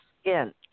skin